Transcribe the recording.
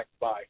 Bye